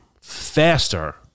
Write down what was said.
faster